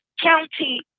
County